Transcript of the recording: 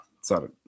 Sorry